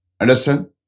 Understand